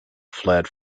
fled